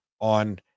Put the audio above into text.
on